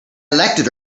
elected